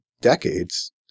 decades